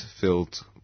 filled